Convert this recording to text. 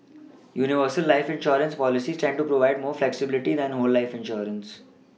universal life insurance policies tend to provide more flexibility than whole life insurance